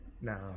No